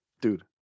Dude